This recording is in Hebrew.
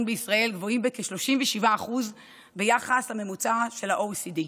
בישראל גבוהים בכ-37% ביחס לממוצע של ה-OECD.